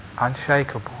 unshakable